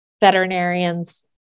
veterinarians